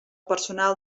personal